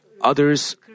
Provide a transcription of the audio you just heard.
others